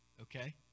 okay